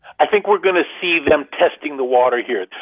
i think we're going to see them testing the water here.